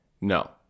no